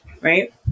right